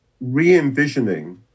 re-envisioning